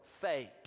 fake